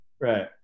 Right